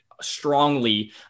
strongly